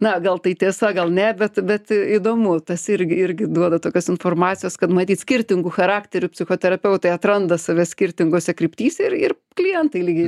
na gal tai tiesa gal ne bet bet įdomu tas irgi irgi duoda tokios informacijos kad matyt skirtingų charakterių psichoterapeutai atranda save skirtingose kryptyse ir ir klientai lygiai